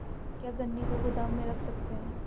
क्या गन्ने को गोदाम में रख सकते हैं?